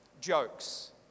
jokes